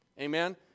Amen